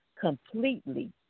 completely